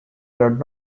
does